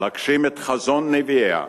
להגשים את חזון נביאיה,